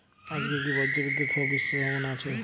আজকে কি ব্রর্জবিদুৎ সহ বৃষ্টির সম্ভাবনা আছে?